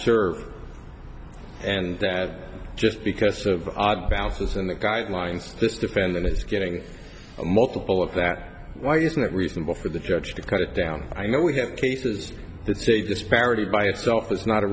serve and that just because of odd bounces in the guidelines this defendant is getting a multiple of that why isn't it reasonable for the judge to cut it down i know we have cases it's a disparity by itself is not a